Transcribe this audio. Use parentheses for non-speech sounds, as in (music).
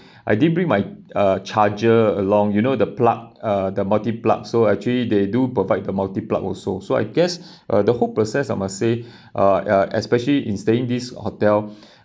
I didn't bring my uh charger along you know the plug uh the multi plug so actually they do provide the multi plug also so I guess (breath) uh the whole process I must say uh especially in staying this hotel (breath)